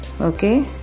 Okay